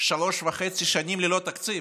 שלוש וחצי שנים ללא תקציב,